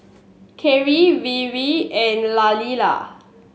Keri Weaver and Lailah